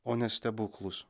o ne stebuklus